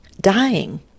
dying